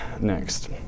next